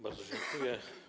Bardzo dziękuję.